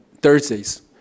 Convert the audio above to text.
Thursdays